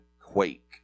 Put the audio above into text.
quake